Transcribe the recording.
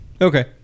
Okay